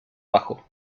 bajo